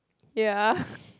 ya